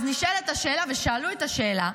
אז נשאלת השאלה, ושאלו את השאלה: